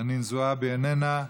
חנין זועבי, איננה.